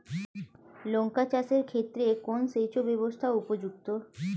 লঙ্কা চাষের ক্ষেত্রে কোন সেচব্যবস্থা উপযুক্ত?